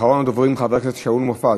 אחרון הדוברים, חבר הכנסת שאול מופז.